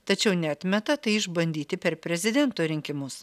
tačiau neatmeta tai išbandyti per prezidento rinkimus